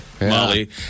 Molly